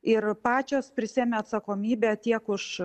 ir pačios prisiėmė atsakomybę tiek už